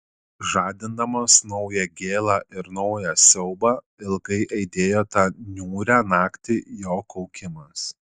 žadindamas naują gėlą ir naują siaubą ilgai aidėjo tą niūrią naktį jo kaukimas